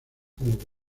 como